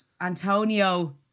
Antonio